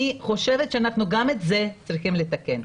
אני חושבת שגם את זה אנחנו צריכים לתקן.